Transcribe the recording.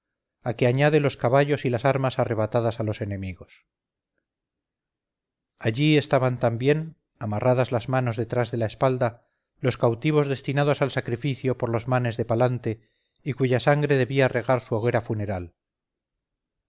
a que añade los caballos y las armas arrebatadas a los enemigos allí estaban también amarradas las manos detrás de la espalda los cautivos destinados al sacrificio por los manes de palante y cuya sangre debía regar su hoguera funeral